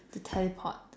to teleport